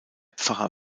pfarrer